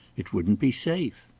it wouldn't be safe.